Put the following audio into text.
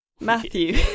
Matthew